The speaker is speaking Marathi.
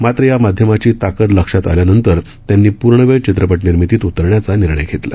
मात्र या माध्यमाची ताकद लक्षात आल्यानंतर त्यांनी पूर्ण वेळ चित्रपट निर्मितीत उतरण्याचा निर्णय घेतला